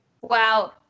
wow